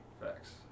Facts